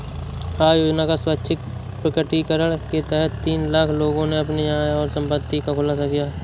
आय योजना का स्वैच्छिक प्रकटीकरण के तहत तीन लाख लोगों ने अपनी आय और संपत्ति का खुलासा किया